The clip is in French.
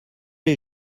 les